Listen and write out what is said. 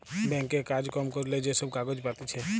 bank এ কাজ কম করিলে যে সব কাগজ পাতিছে